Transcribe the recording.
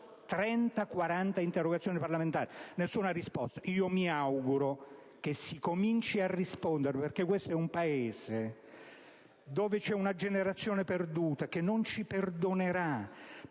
30-40 interrogazioni parlamentari, senza ottenere alcuna risposta. Mi auguro che si cominci a rispondere, perché questo è un Paese dove c'è una generazione perduta che non ci perdonerà: